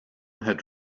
had